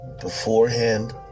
beforehand